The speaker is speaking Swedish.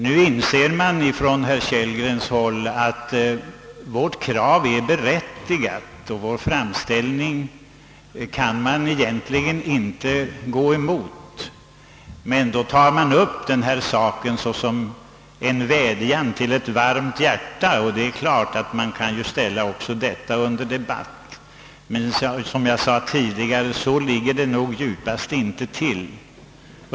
Nu inser herr Kellgren att vårt krav är berättigat och att man egentligen inte kan gå emot vår framställning. Då tas i stället denna sak upp såsom en vädjan till ett varmt hjärta. Klart är att även detta kan ställas under debatt, men så ligger det hela dock djupast sett inte till.